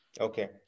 Okay